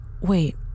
Wait